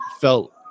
felt